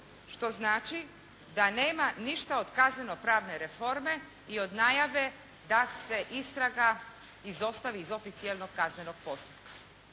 što znači da nema ništa od kazneno pravne reforme i od najave da se istraga izostavi iz oficijelnog kaznenog postupka.